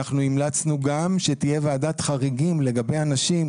המלצנו גם שתהיה ועדת חריגים לגבי אנשים